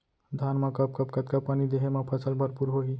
धान मा कब कब कतका पानी देहे मा फसल भरपूर होही?